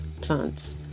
plants